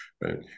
right